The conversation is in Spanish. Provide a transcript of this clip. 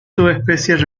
subespecies